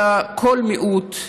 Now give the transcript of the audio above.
אלא כל מיעוט,